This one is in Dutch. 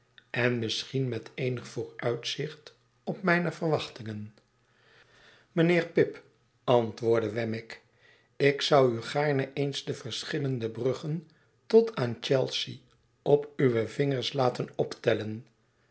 en misschien met eenig vooruitzicht op mijne verwachtingen mijnheer pip antwoordde wemmick ik zou u gaarne eens de verschillende bruggen tot aan chelsea op uwe vingers laten optellen